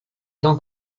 temps